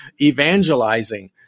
evangelizing